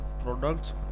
products